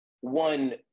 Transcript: One